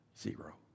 Zero